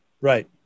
Right